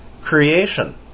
creation